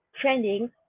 trending